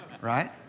right